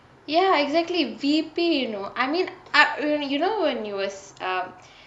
ya exactly V_P you know I mean ah you know when you was